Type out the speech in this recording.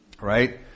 Right